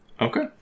Okay